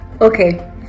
okay